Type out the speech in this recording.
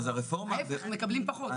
ההיפך, הם מקבלים פחות.